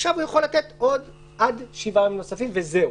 אז עכשיו אתה יכול לתת עד שבעה ימים נוספים וזהו.